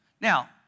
Now